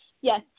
Yes